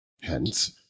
hence